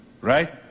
Right